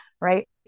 right